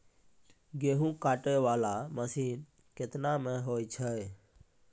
गेहूँ काटै वाला मसीन केतना मे होय छै?